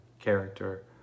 character